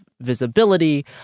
visibility